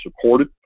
supported